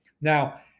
Now